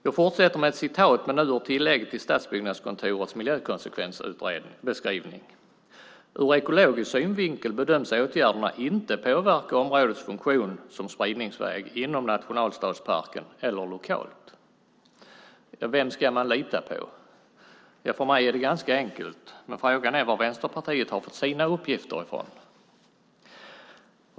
Jag fortsätter med ett citat, men nu ur tillägget till Stadsbyggnadskontorets miljökonsekvensbeskrivning: "Ur ekologisk synvinkel bedöms åtgärderna inte påverka områdets funktion som spridningsväg inom Nationalstadsparken eller lokalt." Vem ska man lita på? Ja, för mig är det ganska enkelt. Men frågan är var Vänsterpartiet har fått sina uppgifter ifrån.